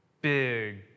big